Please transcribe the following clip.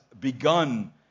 begun